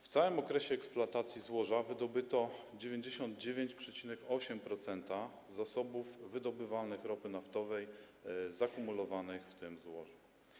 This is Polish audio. W całym okresie eksploatacji złoża wydobyto 99,8% zasobów wydobywalnych ropy naftowej zakumulowanych w tym złożu.